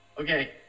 Okay